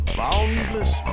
boundless